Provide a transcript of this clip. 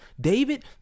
david